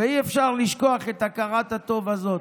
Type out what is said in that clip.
ואי-אפשר לשכוח את הכרת הטוב הזאת.